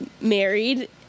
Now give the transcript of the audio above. married